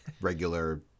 regular